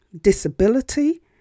disability